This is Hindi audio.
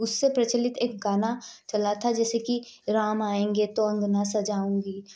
उससे प्रचलित एक गाना चला था जैसे कि राम आएँगे तो अंगना सजाऊँगी